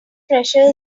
pressure